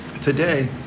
Today